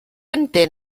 entén